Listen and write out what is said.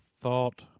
thought